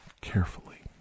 carefully